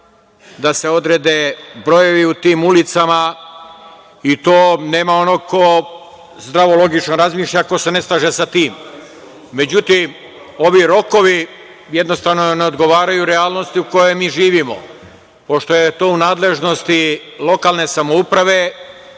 da se odrede brojevi u tim ulicama, i to nema onog ko zdravo logično razmišlja a ko se ne slaže sa tim. Međutim, ovi rokovi, jednostavno ne odgovaraju realnosti u kojoj mi živimo. Pošto je to u nadležnosti lokalne samouprave,